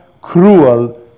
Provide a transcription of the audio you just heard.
cruel